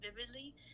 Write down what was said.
vividly